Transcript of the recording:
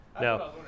No